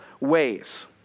ways